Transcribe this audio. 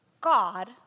God